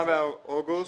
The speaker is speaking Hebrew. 8 באוגוסט,